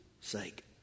sake